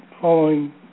following